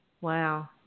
Wow